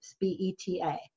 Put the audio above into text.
B-E-T-A